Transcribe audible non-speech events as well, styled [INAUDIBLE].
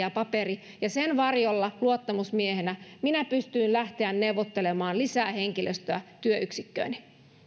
[UNINTELLIGIBLE] ja paperi ja sen varjolla luottamusmiehenä minä pystyin lähtemään neuvottelemaan lisää henkilöstöä työyksikkööni